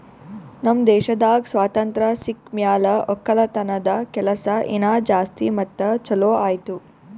ನಮ್ ದೇಶದಾಗ್ ಸ್ವಾತಂತ್ರ ಸಿಕ್ ಮ್ಯಾಲ ಒಕ್ಕಲತನದ ಕೆಲಸ ಇನಾ ಜಾಸ್ತಿ ಮತ್ತ ಛಲೋ ಆಯ್ತು